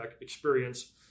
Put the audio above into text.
experience